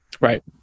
Right